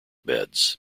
beds